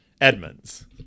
Edmonds